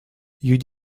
you